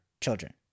children